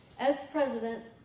as president,